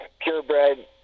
purebred